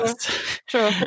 true